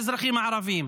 האזרחים הערבים,